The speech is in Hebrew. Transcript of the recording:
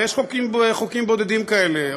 ויש חוקים בודדים כאלה,